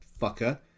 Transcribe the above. fucker